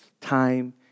time